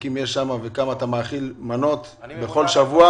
נזקקים יש שם וכמה אתה מנות אתה מאכיל כל שבוע.